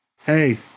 Hey